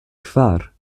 kvar